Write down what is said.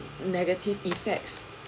negative effects